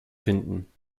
finden